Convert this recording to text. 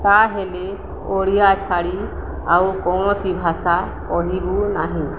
ତାହେଲେ ଓଡ଼ିଆ ଛାଡ଼ି ଆଉ କୌଣସି ଭାଷା କହିବୁ ନାହିଁ